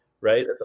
right